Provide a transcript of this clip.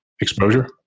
exposure